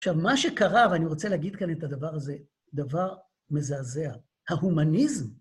עכשיו, מה שקרה, ואני רוצה להגיד כאן את הדבר הזה, דבר מזעזע, ההומניזם...